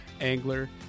angler